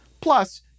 Plus